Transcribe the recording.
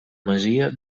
masia